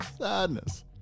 sadness